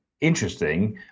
interesting